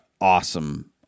awesome